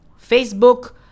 Facebook